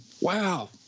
wow